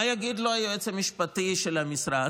מה יגיד לו היועץ המשפטי של המשרד?